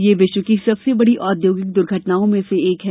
यह विश्व की सबसे बड़ी औद्योगिक दुर्घटनाओं में से एक है